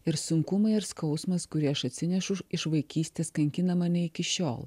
ir sunkumai ir skausmas kurį aš atsinešu iš vaikystės kankina mane iki šiol